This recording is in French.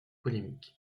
polémique